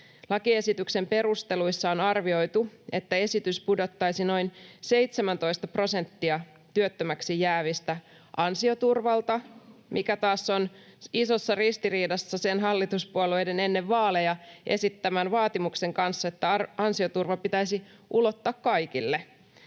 Lakiesityksen perusteluissa on arvioitu, että esitys pudottaisi noin 17 prosenttia työttömäksi jäävistä ansioturvalta, mikä taas on isossa ristiriidassa sen hallituspuolueiden ennen vaaleja esittämän vaatimuksen kanssa, että ansioturva pitäisi ulottaa kaikille.